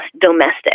domestic